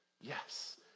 yes